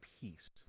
peace